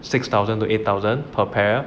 six thousand to eight thousand per pair